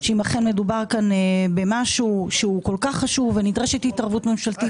שאם אכן מדובר כאן במשהו שהוא כל כך חשוב ונדרשת התערבות ממשלתית,